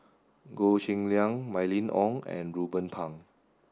Goh Cheng Liang Mylene Ong and Ruben Pang